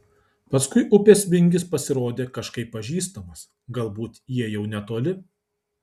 paskui upės vingis pasirodė kažkaip pažįstamas galbūt jie jau netoli